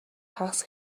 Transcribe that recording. хагас